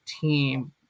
team